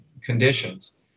conditions